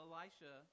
Elisha